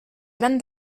gran